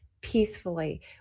peacefully